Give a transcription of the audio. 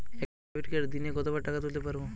একটি ডেবিটকার্ড দিনে কতবার টাকা তুলতে পারব?